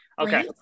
Okay